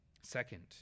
Second